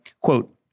quote